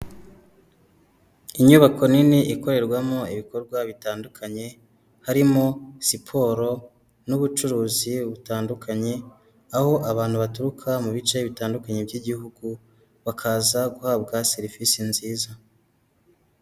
Inyubako nini ikorerwamo ibikorwa bitandukanye harimo siporo n'ubucuruzi butandukanye, aho abantu baturuka mu bice bitandukanye by'igihugu bakaza guhabwa serivisi nziza.